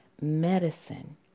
medicine